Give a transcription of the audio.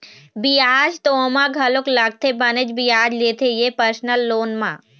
बियाज तो ओमा घलोक लगथे बनेच बियाज लेथे ये परसनल लोन म